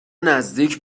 نزدیک